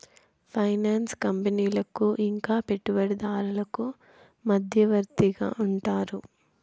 finance కంపెనీలకు ఇంకా పెట్టుబడిదారులకు మధ్యవర్తిగా ఉంటారు